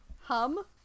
hum